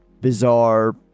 bizarre